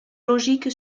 logique